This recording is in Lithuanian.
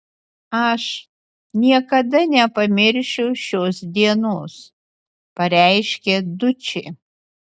aš niekada nepamiršiu šios dienos pareiškė dučė